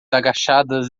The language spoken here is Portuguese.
agachadas